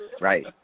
Right